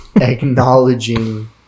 acknowledging